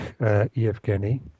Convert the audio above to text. Evgeny